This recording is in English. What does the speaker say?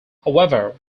however